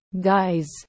Guys